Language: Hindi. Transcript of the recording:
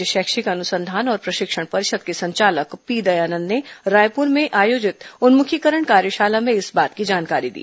राज्य शैक्षिक अनुसंधान और प्रशिक्षण परिषद के संचालक पी दयानंद ने रायपुर में आयोजित उन्मुखीकरण कार्यशाला में इस बात की जानकारी दी